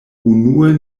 unue